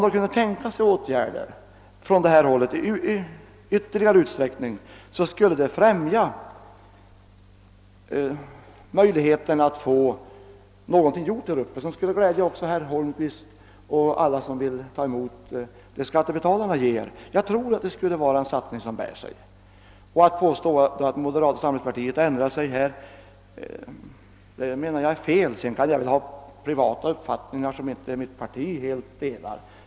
Ytterligare åtgärder från statens sida skulle främja möjligheterna att få någonting gjort där uppe, som också skulle kunna glädja herr Holmqvist och alla som tar emot vad skattebetalarna ger. Jag tror att det skulle bli en satsning som bär sig. Enligt min mening är det fel att påstå att moderata samlingspartiet ändrat sig på denna punkt, och för övrigt kan jag väl ha privata åsikter som inte helt delas av mitt parti.